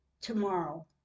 tomorrow